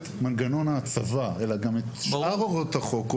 מנגנון ההצבה אלא גם את שאר הוראות ה החוק,